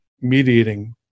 mediating